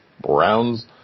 Browns